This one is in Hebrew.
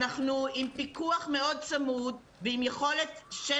אנחנו עם פיקוח מאוד צמוד ועם יכולת של